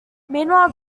meanwhile